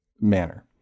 manner